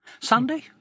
Sunday